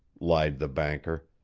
lied the banker.